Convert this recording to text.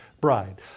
bride